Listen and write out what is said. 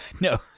No